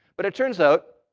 but it turns out,